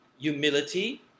humility